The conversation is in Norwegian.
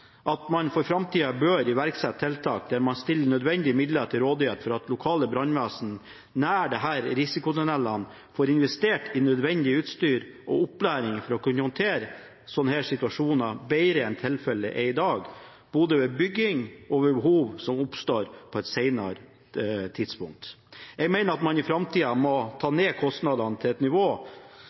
at man for framtida bør iverksette tiltak og stille nødvendige midler til rådighet for at lokale brannvesen nær disse risikotunnelene får investert i nødvendig utstyr og får opplæring for å kunne håndtere slike situasjoner bedre enn tilfellet er i dag – både ved byggingen og ved behov som oppstår på et senere tidspunkt. Jeg mener at man i framtida må ta kostnadene til et nivå